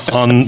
on